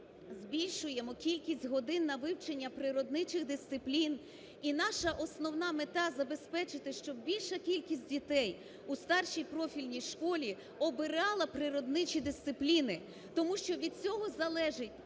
збільшуємо кількість годин на вивчення природничих дисциплін. І наша основна мета – забезпечити, щоб більша кількість дітей у старшій профільній школі обирала природничі дисципліни, тому що від цього залежить